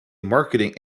marketing